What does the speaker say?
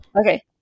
Okay